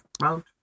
mount